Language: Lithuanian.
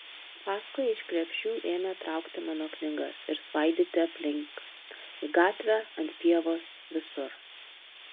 paskui iš krepšių ėmė traukti mano knygas ir svaidyti aplink į gatvę ant pievos visur